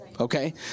Okay